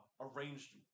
Arranged